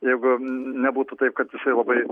jeigu nebūtų taip kad jisai labai